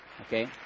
Okay